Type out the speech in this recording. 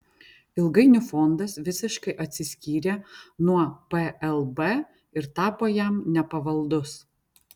ilgainiui fondas visiškai atsiskyrė nuo plb ir tapo jam nepavaldus